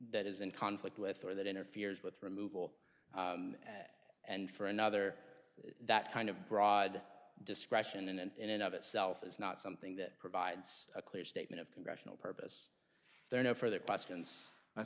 that is in conflict with or that interferes with removal and for another that kind of broad discretion in and of itself is not something that provides a clear statement of congressional purpose there are no further questions i